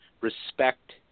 respect